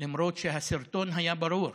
למרות שהסרטון היה ברור.